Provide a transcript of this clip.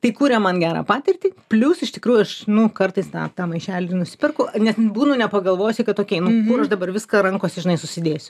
tai kuria man gerą patirtį plius iš tikrųjų aš nu kartais tą tą maišelį nusiperku nes būnu nepagalvojusi kad tokį einu aš dabar viską rankose žinai susidėsiu